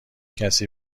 کسی